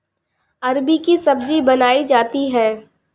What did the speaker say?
अरबी की सब्जी बनायीं जाती है